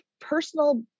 personal